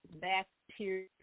bacteria